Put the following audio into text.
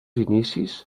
inicis